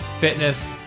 fitness